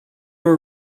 were